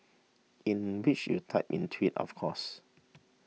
in which you typed in twit of course